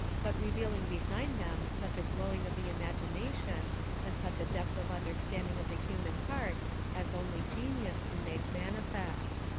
but revealing behind them such a glowing of the imagination and such a depth of understanding of the human heart as only genius can make manifest.